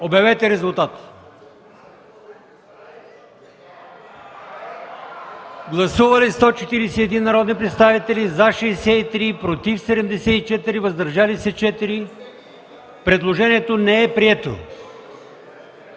на дебатите. Гласували 141 народни представители: за 63, против 74, въздържали се 4. Предложението не е прието.